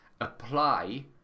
apply